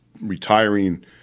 retiring